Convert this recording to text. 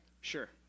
sure